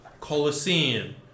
Colosseum